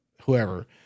whoever